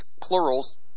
plurals